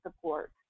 support